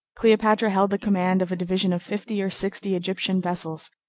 cleopatra held the command of a division of fifty or sixty egyptian vessels,